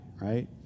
right